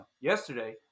yesterday